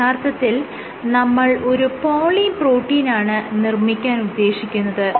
യഥാർത്ഥത്തിൽ നമ്മൾ ഒരു പോളിപ്രോട്ടീനാണ് നിർമ്മിക്കാൻ ഉദ്ദേശിക്കുന്നത്